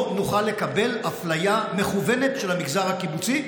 לא נוכל לקבל אפליה מכוונת של המגזר הקיבוצי.